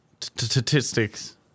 statistics